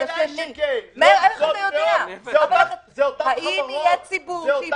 האם יהיה ציבור שייפגע.